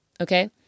okay